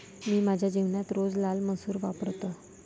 मी माझ्या जेवणात रोज लाल मसूर वापरतो